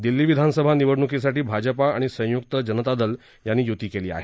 दिल्ली विधानसभा निवडणुकीसाठी भाजपआणि संयुक्त जनता दल यांनी युती केली आहे